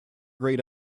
grayed